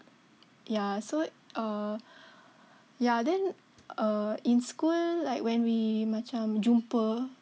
ya so err ya then err in school like when we macam jumpa